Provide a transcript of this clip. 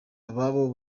ababo